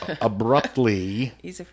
abruptly